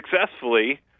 successfully